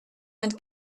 and